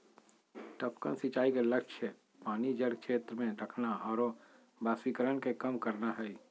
टपकन सिंचाई के लक्ष्य पानी जड़ क्षेत्र में रखना आरो वाष्पीकरण के कम करना हइ